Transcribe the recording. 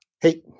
Hey